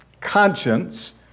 Conscience